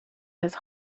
his